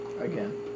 Again